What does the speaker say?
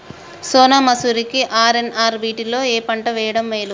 సోనా మాషురి కి ఆర్.ఎన్.ఆర్ వీటిలో ఏ పంట వెయ్యడం మేలు?